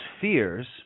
fears